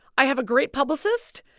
i have a great publicist.